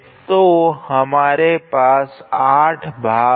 तो हमारे पास 8 भाग है